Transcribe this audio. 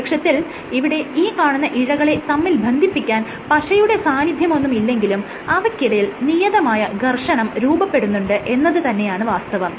പ്രത്യക്ഷത്തിൽ ഇവിടെ ഈ കാണുന്ന ഇഴകളെ തമ്മിൽ ബന്ധിപ്പിക്കാൻ പശയുടെ സാന്നിധ്യമൊന്നും ഇല്ലെങ്കിലും അവയ്ക്കിടയിൽ നിയതമായ ഘർഷണം രൂപപ്പെടുന്നുണ്ട് എന്നത് തന്നെയാണ് വാസ്തവം